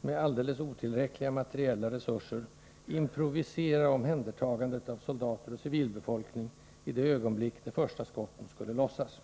med alldeles otillräckliga materiella resurser — improvisera omhändertagandet av soldater och civilbefolkning i det ögonblick de första skotten skulle avlossas.